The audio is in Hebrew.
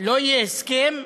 לא יהיה הסכם,